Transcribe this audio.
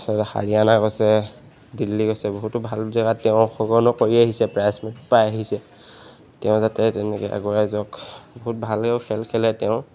তাৰপিছত হাৰিয়ানা গৈছে দিল্লী গৈছে বহুতো ভাল জেগা তেওঁ অংশগ্ৰহণো কৰি আহিছে প্ৰাইজমানী পাই আহিছে তেওঁ যাতে তেনেকৈ আগুৱাই যাওক বহুত ভালেও খেল খেলে তেওঁ